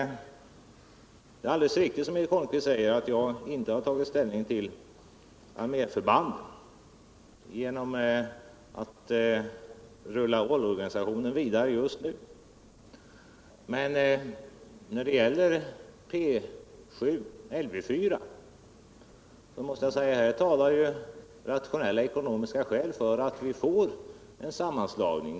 Det är alldeles riktigt, som Eric Holmqvist säger, att jag inte tagit ställning till arméförbanden genom att rulla OLLI-organisationen vidare just nu. Men när det gäller P 7 och Lv 4 måste jag säga att rationella ekonomiska skäl talar för en sammanslagning.